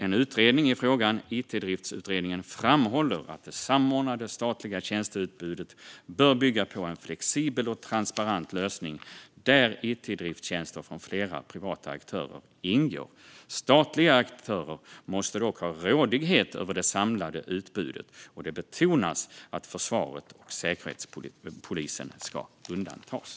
En utredning i frågan, Itdriftsutredningen, framhåller att det samordnade statliga tjänsteutbudet bör bygga på en flexibel och transparent lösning där it-driftstjänster från flera privata aktörer ingår. Statliga aktörer måste dock ha rådighet över det samlade utbudet, och det betonas att försvaret och Säkerhetspolisen ska undantas.